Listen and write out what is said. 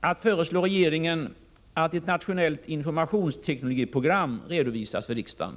att föreslå regeringen att redovisa ett nationellt Lund informationsteknologiskt program för riksdagen.